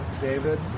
David